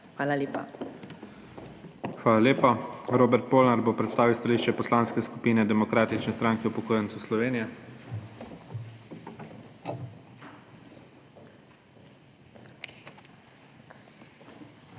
ZORČIČ:** Hvala lepa. Robert Polnar bo predstavil stališče Poslanske skupine Demokratične stranke upokojencev Slovenije. **ROBERT